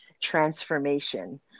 transformation